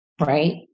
right